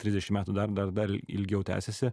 trisdešim metų dar dar dar ilgiau tęsiasi